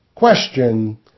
Question